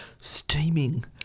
steaming